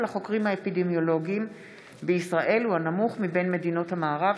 החוקרים האפידמיולוגיים בישראל הוא הנמוך מבין מדינות המערב.